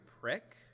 prick